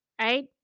right